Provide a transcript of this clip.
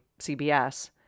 CBS